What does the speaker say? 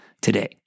today